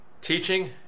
teaching